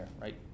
right